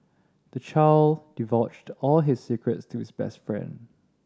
the child divulged all his secrets to his best friend